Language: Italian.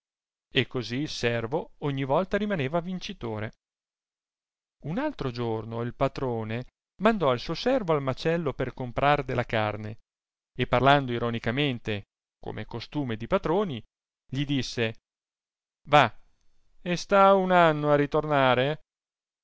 e così il servo ogni volta rimaneva vincitore un altro giorno il patrone mandò il suo servo al macello per comprar della carne e parlando ironicamente com'è costume di patroni gli disse va e sta uno anno a ritornare